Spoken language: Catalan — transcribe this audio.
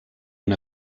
una